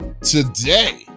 Today